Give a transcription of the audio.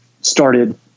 started